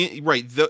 right